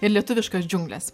ir lietuviškas džiungles